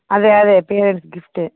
అదే అదే పేరెంట్స్ గిఫ్టే